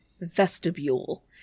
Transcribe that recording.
vestibule